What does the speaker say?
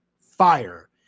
fire